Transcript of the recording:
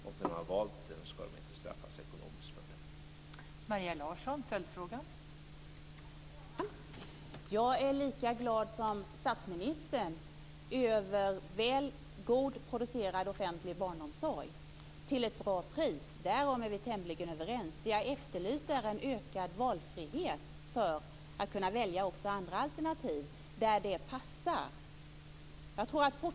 När de har valt den ska de inte straffas ekonomiskt för det.